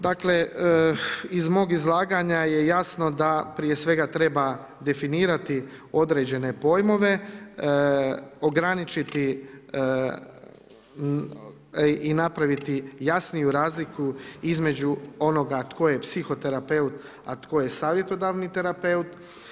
Dakle, iz mog izlaganja je jasno da prije svega treba definirati određene pojmove, ograničiti i napraviti jasniju razliku između onoga tko je psihoterapeut, a tko je savjetodavni terapeut.